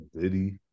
Diddy